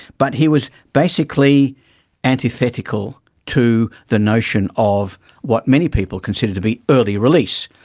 but he was basically antithetical to the notion of what many people considered to be early release,